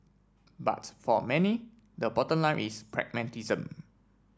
but for many the bottom line is pragmatism